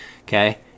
Okay